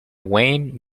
wayne